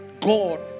God